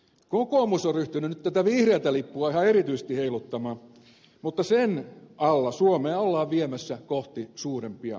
kokoomus on ryhtynyt nyt tätä vihreätä lippua ihan erityisesti heiluttamaan mutta sen alla suomea ollaan viemässä kohti suurempia tuloeroja